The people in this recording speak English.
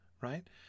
right